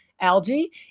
algae